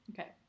okay